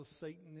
Satan